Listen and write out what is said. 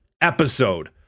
episode